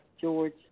George